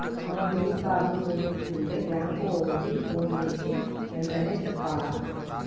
మనం debit card పోగొట్టుకుంటే bank ఓళ్ళకి పోన్ జేసీ ఎంటనే చెప్పాల